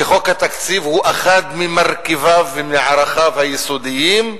שחוק התקציב הוא אחד ממרכיביו ומערכיו היסודיים.